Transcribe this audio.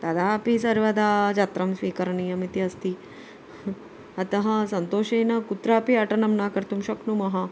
तदापि सर्वदा छत्रं स्वीकरणीयम् इति अस्ति अतः सन्तोषेण कुत्रापि अटनं न कर्तुं शक्नुमः